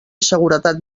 seguretat